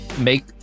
make